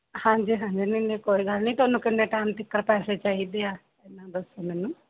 ਹਾਂਜੀ ਹਾਂਜੀ ਨਹੀ ਨਹੀ ਕੋਈ ਗੱਲ ਨਹੀਂ ਤੁਹਾਨੂੰ ਕਿੰਨੇ ਟਾਈਮ ਤੱਕ ਪੈਸੇ ਚਾਹੀਦੇ ਆ ਐਨਾ ਦੱਸੋ ਮੈਨੂੰ